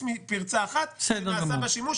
פרט לפרצה אחת שנעשה בה שימוש,